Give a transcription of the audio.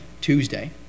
Tuesday